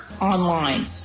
online